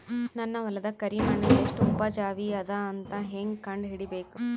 ನನ್ನ ಹೊಲದ ಕರಿ ಮಣ್ಣು ಎಷ್ಟು ಉಪಜಾವಿ ಅದ ಅಂತ ಹೇಂಗ ಕಂಡ ಹಿಡಿಬೇಕು?